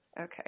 okay